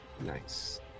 Nice